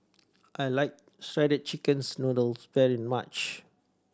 I like shredded chickens noodles very much